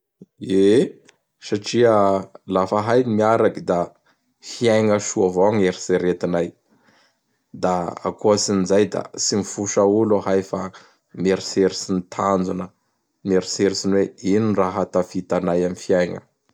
Ye satria lafa ahay gny miaraky da fiaigna soa avao gn' eritseretinay. Da akoatsin'izay da tsy mifosa olo ahay fa mieritseritsy ny tanjona, mieritseritsy ny hoe ino ny raha hahatafita anay am fiaigna.